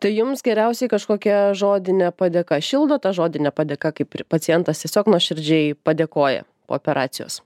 tai jums geriausiai kažkokia žodinė padėka šildo ta žodinė padėka kaip pacientas tiesiog nuoširdžiai padėkoja po operacijos